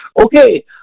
Okay